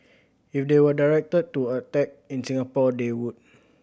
if they were directed to attack in Singapore they would